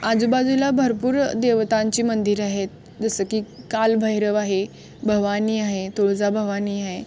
आजूबाजूला भरपूर देवतांची मंदिर आहेत जसं की कालभैरव आहे भवानी आहे तुळजा भवानी हा